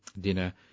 dinner